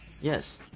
Yes